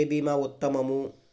ఏ భీమా ఉత్తమము?